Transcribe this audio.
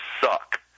suck